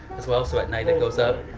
as well so at night it goes up.